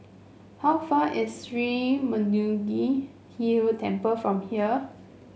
how far is Sri Murugan Hill Temple from here